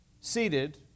seated